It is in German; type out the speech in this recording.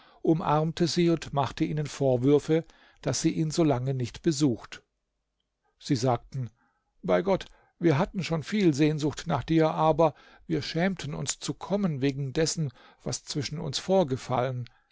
umarmte sie und machte ihnen vorwürfe daß sie ihn solange nicht besucht sie sagten bei gott wir hatten schon viele sehnsucht nach dir aber wir schämten uns zu kommen wegen dessen was zwischen uns vorgefallen